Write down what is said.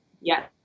yes